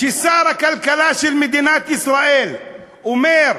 כששר הכלכלה של מדינת ישראל אומר,